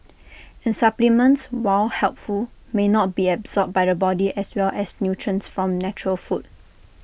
and supplements while helpful may not be absorbed by the body as well as nutrients from natural food